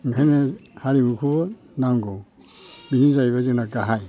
ओंखायनो हारिमुखौ नांगौ बेनो जाहैबाय जोंना गाहाय